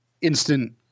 instant